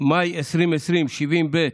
ממאי 2020, 70ב',